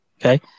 Okay